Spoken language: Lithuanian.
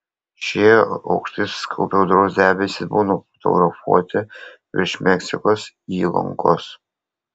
šie aukštai susikaupę audros debesys buvo nufotografuoti virš meksikos įlankos